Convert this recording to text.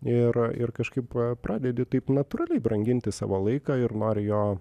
ir ir kažkaip pradedi taip natūraliai branginti savo laiką ir nori jo